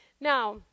Now